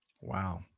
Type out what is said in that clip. Wow